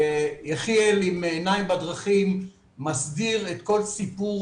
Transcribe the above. יחיאל עם "עיניים בדרכים" מסדיר את כל סיפור